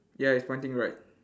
ya it's pointing right